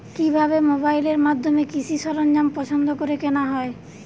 কিভাবে মোবাইলের মাধ্যমে কৃষি সরঞ্জাম পছন্দ করে কেনা হয়?